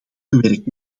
gewerkt